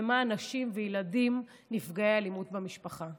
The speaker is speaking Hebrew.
למען נשים וילדים נפגעי אלימות במשפחה.